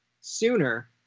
sooner